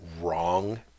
wrong